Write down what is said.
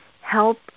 help